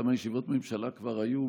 כמה ישיבות ממשלה כבר היו?